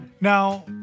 Now